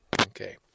Okay